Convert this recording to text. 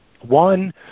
One